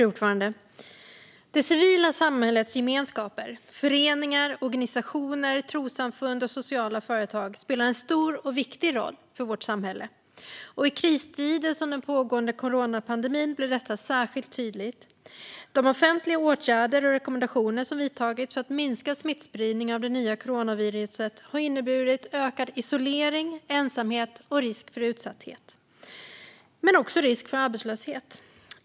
Fru talman! Det civila samhällets gemenskaper - föreningar, organisationer, trossamfund och sociala företag - spelar en stor och viktig roll för vårt samhälle. I kristider som den pågående coronapandemin blir detta särskilt tydligt. De offentliga åtgärder och rekommendationer som vidtagits för att minska smittspridningen av det nya coronaviruset har inneburit ökad isolering, ensamhet och risk för utsatthet men också risk för arbetslöshet.